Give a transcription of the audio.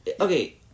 Okay